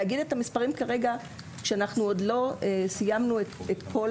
להגיד את המספרים כרגע כאשר עוד לא סיימנו את כל